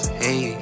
hey